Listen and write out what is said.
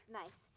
nice